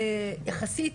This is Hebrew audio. יחסית,